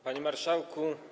Panie Marszałku!